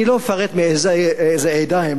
אני לא אפרט מאיזה עדה הם.